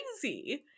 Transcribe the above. crazy